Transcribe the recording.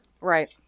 Right